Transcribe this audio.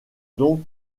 donc